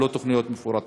ולא תוכניות מפורטות.